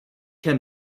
can